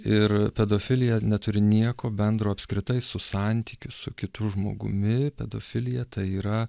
ir pedofilija neturi nieko bendro apskritai su santykiu su kitu žmogumi pedofilija tai yra